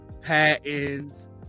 patents